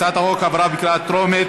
הצעת החוק עברה בקריאה טרומית,